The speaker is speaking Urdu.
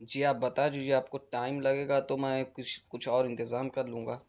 جی آپ بتا دیجیے آپ کو ٹائم لگے گا تو میں کچھ کچھ اور انتظام کر لوں گا